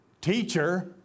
teacher